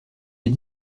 est